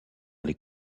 les